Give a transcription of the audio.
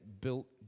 built